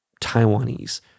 Taiwanese